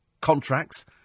contracts